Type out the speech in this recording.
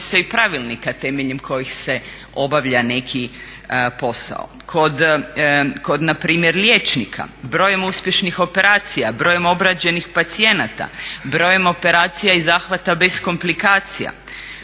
Kod npr. liječnika brojem uspješnih operacija, brojem obrađenih pacijenata, brojem operacija i zahvata bez komplikacija.